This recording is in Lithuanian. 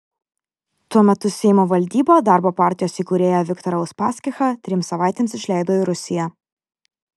tuo metu seimo valdyba darbo partijos įkūrėją viktorą uspaskichą trims savaitėms išleido į rusiją